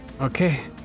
Okay